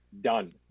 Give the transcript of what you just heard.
Done